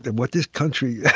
and what this country